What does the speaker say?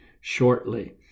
shortly